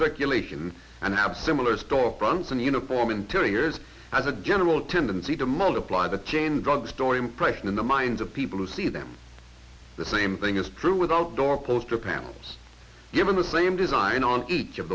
circulation and have similar store fronts and uniform interiors as a general tendency to multiply the chain drugstore impression in the minds of people who see them the same thing is true with outdoor poster panels given the same design on each of